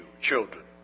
children